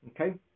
Okay